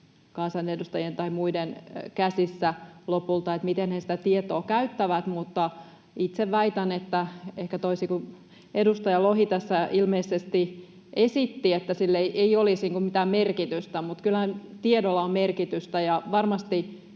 kansanedustajien tai muiden käsissä lopulta, miten he sitä tietoa käyttävät, mutta itse väitän, ehkä toisin kuin edustaja Lohi tässä ilmeisesti esitti, että sillä ei olisi mitään merkitystä, että kyllähän tiedolla on merkitystä,